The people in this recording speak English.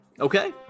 Okay